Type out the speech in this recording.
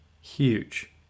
Huge